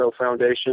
foundation